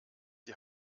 die